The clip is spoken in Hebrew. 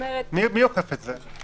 מי אוכף את זה?